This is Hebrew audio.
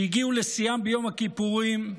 שהגיעו לשיאם ביום הכיפורים,